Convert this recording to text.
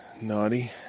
Naughty